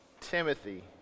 Timothy